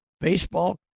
baseball